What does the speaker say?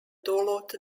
duluth